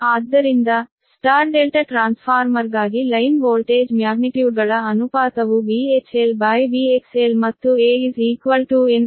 ಆದ್ದರಿಂದ Y ∆ ಟ್ರಾನ್ಸ್ಫಾರ್ಮರ್ಗಾಗಿ line voltage ಮ್ಯಾಗ್ನಿಟ್ಯೂಡ್ಗಳ ಅನುಪಾತವು VHLVXL ಮತ್ತು a N1N2 ಆಗಿದೆ